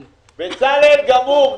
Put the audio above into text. בצלאל, העניין גמור.